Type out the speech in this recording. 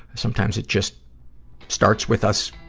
sometimes it just starts with us